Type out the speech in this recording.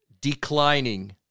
Declining